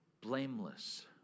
blameless